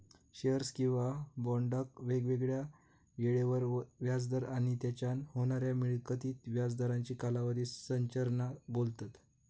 shares किंवा बॉन्डका वेगवेगळ्या येळेवर व्याज दर आणि तेच्यान होणाऱ्या मिळकतीक व्याज दरांची कालावधी संरचना बोलतत